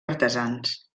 artesans